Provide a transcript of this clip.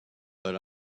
but